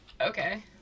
Okay